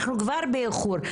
אנחנו כבר באיחור,